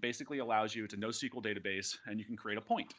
basically allows you to know sql database, and you can create a point.